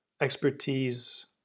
expertise